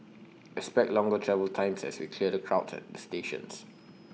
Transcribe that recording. expect longer travel times as we clear the crowds at the stations